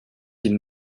die